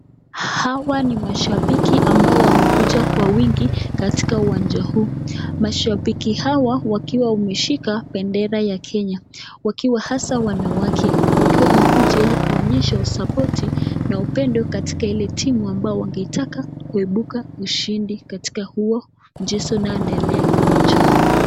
Hawa ni mashabiki ambao wamekuja kwa wingi katika uwanja huu, mashabiki hawa wakiwa wameshika bendera ya Kenya wakiwa hasa wanawake, wakiwa wamekuja ili kuonyesha sapoti ya upendo katika ile timu ambaye wangetaka kuebuka washindi katika ile mchezo unaendelea nchini.